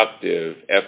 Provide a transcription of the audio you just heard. productive